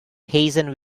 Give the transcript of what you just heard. hasten